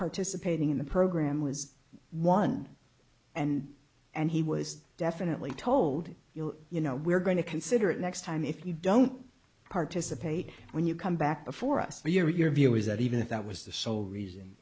participating in the program was one and and he was definitely told you you know we're going to consider it next time if you don't participate when you come back before us your view is that even if that was the sole reason